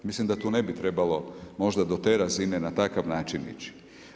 Mislim da tu ne bi trebalo možda do te razine na takav način ići.